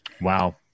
Wow